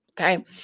okay